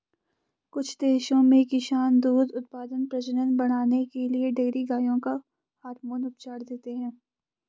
कुछ देशों में किसान दूध उत्पादन, प्रजनन बढ़ाने के लिए डेयरी गायों को हार्मोन उपचार देते हैं